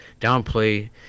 downplay